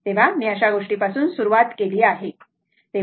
तर मी अशा गोष्टी पासून सुरुवात केली आहे बरोबर